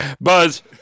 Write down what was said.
Buzz